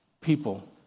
people